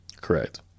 Correct